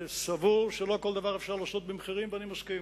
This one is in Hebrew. שסבור שלא כל דבר אפשר לעשות במחירים, ואני מסכים.